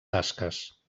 tasques